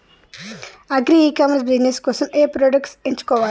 Agri e commerce business కోసము ఏ products ఎంచుకోవాలి?